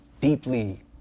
deeply